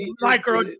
micro